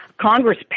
Congress